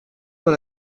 dans